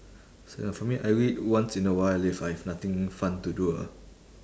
so for me I read once in a while if I've nothing fun to do ah